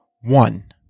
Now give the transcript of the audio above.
One